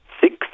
six